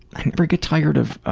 i never get tired of